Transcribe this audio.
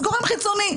זה גורם חיצוני,